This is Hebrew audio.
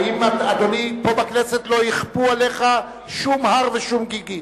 אדוני, פה בכנסת לא יכפו עליך שום הר ושום גיגית.